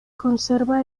conserva